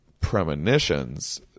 premonitions